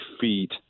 feet